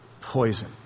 poison